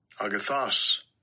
agathos